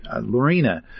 Lorena